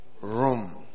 room